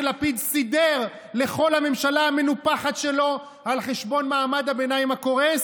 לפיד סידר לכל הממשלה המנופחת שלו על חשבון מעמד הביניים הקורס?